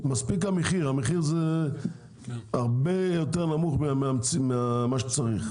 מספיק המחיר, שהוא הרבה יותר נמוך ממה שצריך.